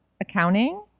accounting